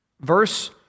verse